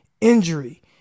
injury